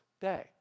day